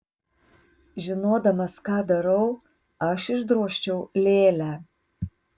žinodamas ką darau aš išdrožčiau lėlę